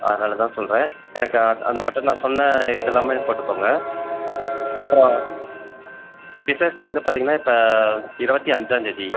அதுனால தான் சொல்லுறேன் எனக்கு அதை அது மட்டும் நான் சொன்ன இதெல்லாமே போட்டுக்கோங்க அப்புறம் விசேஷம் வந்து பார்த்திங்கன்னா இப்போ இருபத்தி அஞ்சாம்தேதி